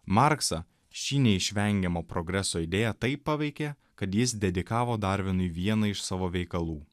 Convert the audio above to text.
marksą šį neišvengiamo progreso idėja taip paveikė kad jis dedikavo darvinui vieną iš savo veikalų